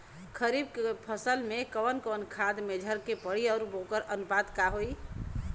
खरीफ फसल में कवन कवन खाद्य मेझर के पड़ी अउर वोकर अनुपात का होई?